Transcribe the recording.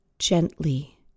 gently